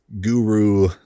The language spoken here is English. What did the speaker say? guru